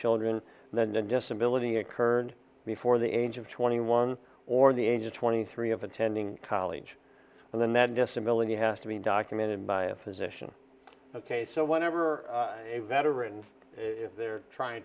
children then the disability occurred before the age of twenty one or the age of twenty three of attending college and then that disability has to be documented by a physician ok so whenever a veterans they're trying